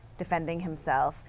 defending himself,